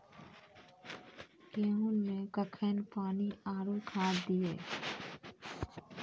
गेहूँ मे कखेन पानी आरु खाद दिये?